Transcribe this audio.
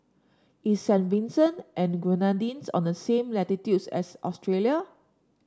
is Saint Vincent and the Grenadines on the same latitudes as Australia